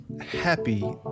happy